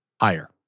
Higher